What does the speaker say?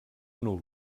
nul